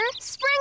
spring